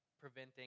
preventing